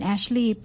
Ashley